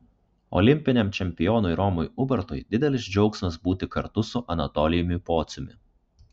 olimpiniam čempionui romui ubartui didelis džiaugsmas būti kartu su anatolijumi pociumi